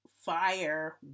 fire